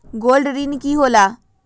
Gold ऋण की होला?